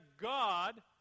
God